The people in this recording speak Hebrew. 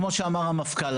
כמו שאמר המפכ"ל,